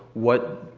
what,